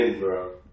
bro